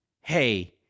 Hey